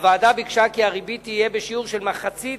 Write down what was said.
הוועדה ביקשה כי הריבית תהיה בשיעור של מחצית